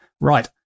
Right